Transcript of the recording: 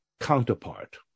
counterpart